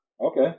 Okay